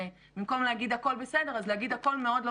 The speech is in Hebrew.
ובמקום להגיד הכול בסדר אז להגיד הכול מאוד לא